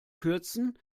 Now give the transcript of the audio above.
kürzen